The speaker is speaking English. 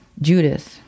Judas